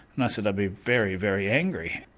and i said i'd be very very angry.